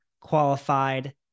qualified